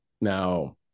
Now